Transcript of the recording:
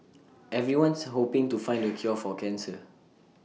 everyone's hoping to find the cure for cancer